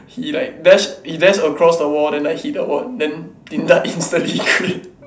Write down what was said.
he like dash he dash across the wall then like hit the ward then Din-Tat instantly quit